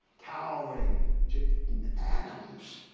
towering jane adams.